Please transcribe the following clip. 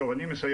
כאן אני מסיים.